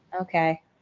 Okay